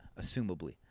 assumably